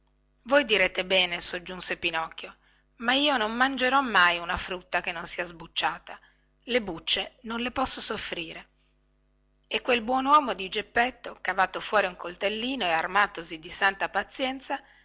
voi direte bene soggiunse pinocchio ma io non mangerò mai una frutta che non sia sbucciata le bucce non le posso soffrire e quel buon uomo di geppetto cavato fuori un coltellino e armatosi di santa pazienza